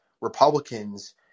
republicans